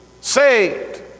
saved